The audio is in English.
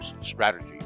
strategy